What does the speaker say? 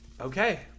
Okay